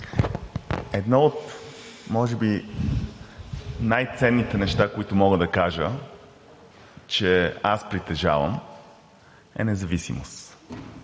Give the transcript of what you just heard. Едно от може би най-ценните неща, които мога да кажа, че аз притежавам, е независимост.